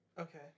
Okay